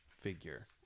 figure